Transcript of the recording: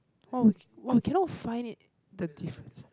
oh w~ we cannot find it the difference